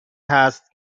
هست